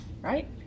right